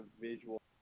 visual